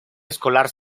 escolar